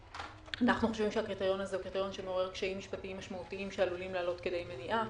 מעורר קשיים משפטיים משמעותיים שעלולים להעלות כדי מניעה.